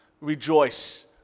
Rejoice